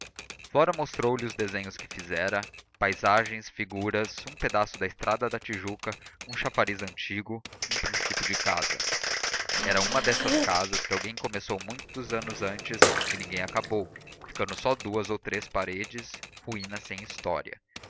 vocabulário flora mostrou-lhe os desenhos que fizera paisagens figuras um pedaço da estrada da tijuca um chafariz antigo um princípio de casa era uma dessas casas que alguém começou muitos anos antes e ninguém acabou ficando só duas ou três paredes ruína sem história